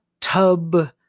Tub